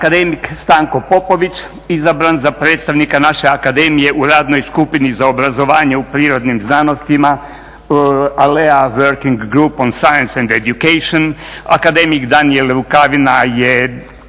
akademik Stanko Popović izabran za predstavnika naše Akademije u Radnoj skupini za obrazovanje u prirodnim znanostima, Alea working group and science education, akademik Daniel Rukavina je